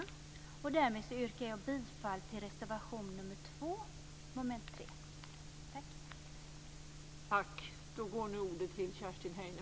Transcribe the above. Därmed yrkar jag bifall till reservation nr 2 under mom. 3.